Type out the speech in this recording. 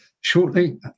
shortly